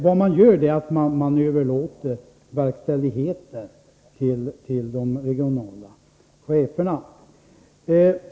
— Vad man gör är alltså att man överlåter verkställigheten till de regionala cheferna.